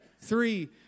three